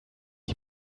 die